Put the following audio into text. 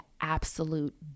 absolute